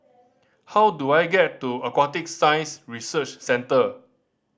how do I get to Aquatic Science Research Centre